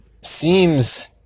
seems